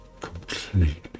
Completely